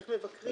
איך מבקרים.